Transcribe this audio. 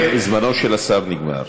אדוני, חברים, זמנו של השר נגמר.